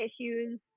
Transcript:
issues